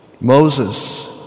Moses